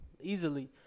easily